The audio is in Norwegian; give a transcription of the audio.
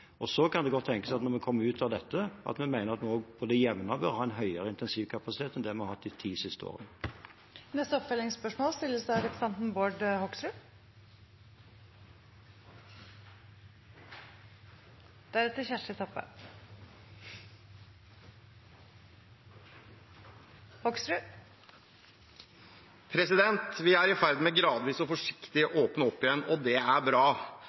Og så kan det når vi kommer ut av dette, godt tenkes at vi mener vi på det jevne bør ha en høyere intensivkapasitet enn vi har hatt de ti siste årene. Bård Hoksrud – til oppfølgingsspørsmål. Vi er i ferd med gradvis og forsiktig å åpne opp igjen, og det er bra.